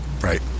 Right